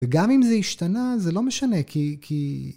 וגם אם זה השתנה, זה לא משנה, כי...